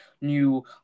new